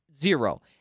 Zero